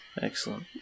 Excellent